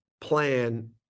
plan